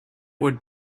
would